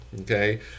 okay